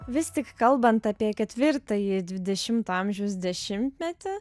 vis tik kalbant apie ketvirtąjį dvidešimto amžiaus dešimtmetį